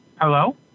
Hello